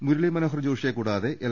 മുരളി മനോഹർ ജോഷിയെ കൂടാതെ എൽ